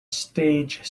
stage